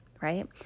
right